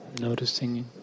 Noticing